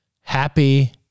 Happy